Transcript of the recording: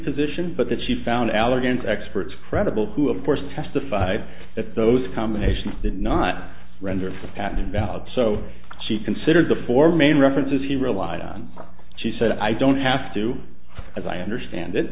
position but that she found allergens experts credible who of course testified that those combinations did not render the patent invalid so she considered the four main references he relied on she said i don't have to as i understand it